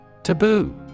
Taboo